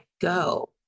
go